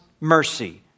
mercy